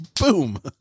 Boom